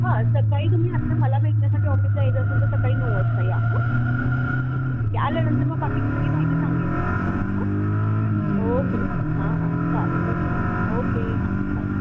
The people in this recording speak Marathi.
हां सकाळी तुम्ही आता मला भेटण्यासाठी ऑफिसला येत असाल तर सकाळी नऊ वाजता या हं ठीक आहे ठीक आहे आल्यानंतर मग बाकीची सगळी माहिती सांगण्यात येईल तुम्हाला हां ओके ओके हां हां चालेल धन्यवाद ओके हां चाल